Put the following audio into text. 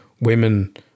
women